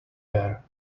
air